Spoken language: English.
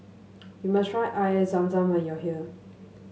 you must try Air Zam Zam when you are here